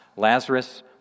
Lazarus